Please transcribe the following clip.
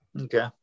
Okay